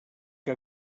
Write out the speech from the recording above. que